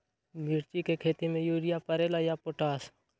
मिर्ची के खेती में यूरिया परेला या पोटाश?